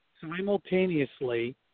simultaneously